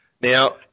now